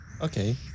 Okay